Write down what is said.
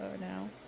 now